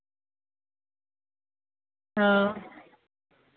हां